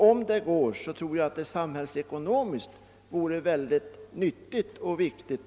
Om det går, så tror jag att detta är samhällsekonomiskt riktigt.